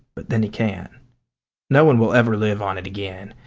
but then, he can't no one will ever live on it again.